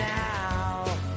now